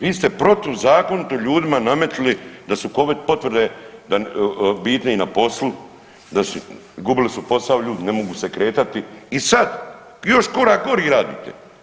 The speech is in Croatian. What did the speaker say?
Vi ste protuzakonito ljudima nametili da su Covid potvrde da, bitne i na poslu, da su, gubili su posao ljudi, ne mogu se kretati i sad i još korak gori radite.